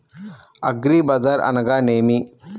అగ్రిబజార్ అనగా నేమి?